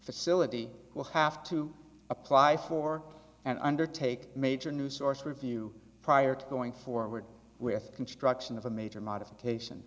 facility will have to apply for and undertake major new source review prior to going forward with construction of a major modification